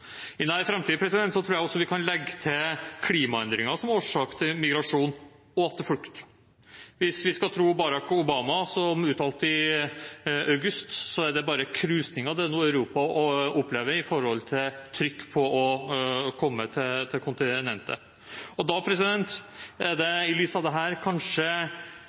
I nær framtid tror jeg også vi kan legge til klimaendringer som årsak til migrasjon og til flukt. Hvis vi skal tro Barack Obama som uttalte seg i august, er det bare krusninger det Europa nå opplever når det gjelder trykk på å komme til kontinentet. I lys av dette ville jeg kanskje vært litt mer forsiktig enn regjeringens representanter i